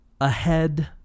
ahead